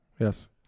yes